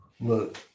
Look